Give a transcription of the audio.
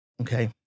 Okay